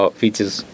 features